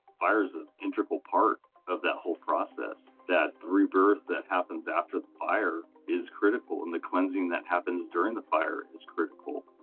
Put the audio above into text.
fire is an integral part of that whole process. that rebirth that happens after the fire is critical and the cleansing that happens during the fire is critical.